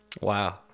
Wow